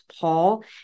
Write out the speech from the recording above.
Paul